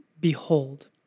behold